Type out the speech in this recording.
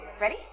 ready